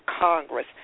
Congress